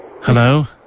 hello